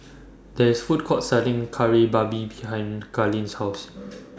There IS A Food Court Selling Kari Babi behind Kailyn's House